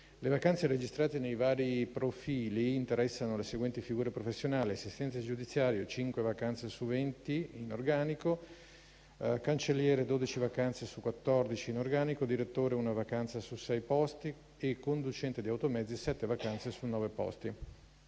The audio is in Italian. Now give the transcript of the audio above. Le vacanze registrate nei vari profili interessano le seguenti figure professionali: assistente giudiziario, 5 vacanze su 20 in organico; cancelliere, 12 vacanze su 14 in organico; direttore, 1 vacanza su 6 posti; conducente di automezzi, 7 vacanze su 9 posti.